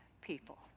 people